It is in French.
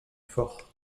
fort